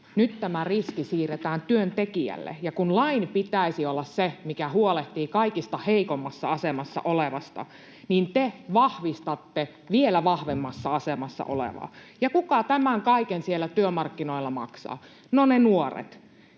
nyt tämä riski siirretään työntekijälle. Ja kun lain pitäisi olla se, mikä huolehtii kaikista heikoimmassa asemassa olevasta, niin te vahvistatte vielä vahvemmassa asemassa olevaa. Ja kuka tämän kaiken siellä työmarkkinoilla maksaa? No ne nuoret,